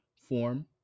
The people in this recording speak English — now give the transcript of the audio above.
form